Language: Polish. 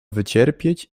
wycierpieć